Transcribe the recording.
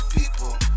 people